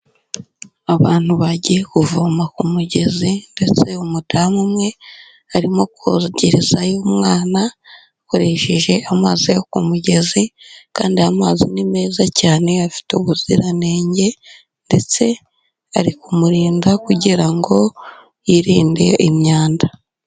Abantu bagiye kuvoma ku mugezi ndetse umudamu umwe arimo kogerezayo umwana akoresheje amazi yo ku mugezi kandi aya mazi ni meza cyane, afite ubuziranenge, ndetse ari kumurinda kugira ngo yirinde imyanda.